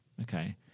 okay